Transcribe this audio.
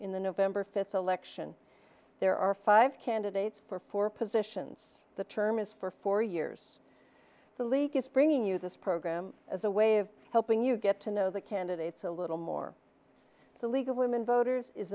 in the november fifth election there are five candidates for four positions the term is for four years the league is bringing you this program as a way of helping you get to know the candidates a little more the league of women voters is